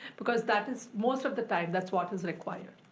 because that is, most of the time, that's what is required.